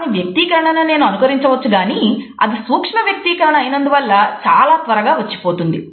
అతని వ్యక్తీకరణను నేను అనుకరించవచ్చు గాని అది సూక్ష్మ వ్యక్తీకరణ అయినందువల్ల చాలా త్వరగా వచ్చి పోతుంది